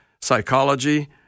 psychology